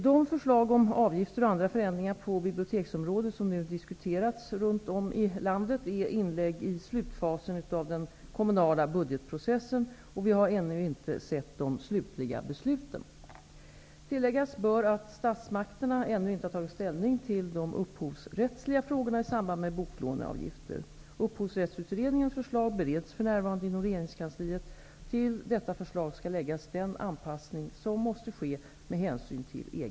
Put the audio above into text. De förslag om avgifter och andra förändringar på biblioteksområdet som nu diskuteras runt om i landet är inlägg i slutfasen av den kommunala budgetprocessen, och vi har ännu inte sett de slutliga besluten. Tilläggas bör att statsmakterna ännu inte tagit ställning till de upphovsrättsliga frågorna i samband med boklåneavgifter. Upphovsrättsutredningens förslag bereds för närvarande inom regeringskansliet. Till detta förslag skall läggas den anpassning som måste ske med hänsyn till EG